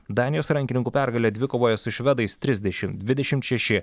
danijos rankininkų pergalę dvikovoje su švedais trisdešim dvidešimt šeši